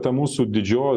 ta mūsų didžio